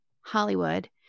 Hollywood